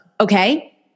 Okay